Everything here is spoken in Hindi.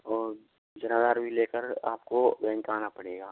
और जन आधार भी लेकर आपको बैंक आना पड़ेगा